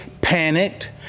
panicked